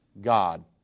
God